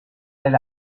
del